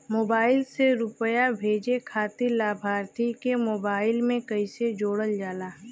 Mobile से रूपया भेजे खातिर लाभार्थी के मोबाइल मे कईसे जोड़ल जाला?